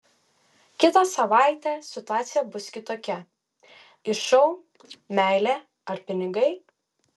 kitą savaitę situacija bus kitokia į šou meilė ar pinigai